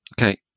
Okay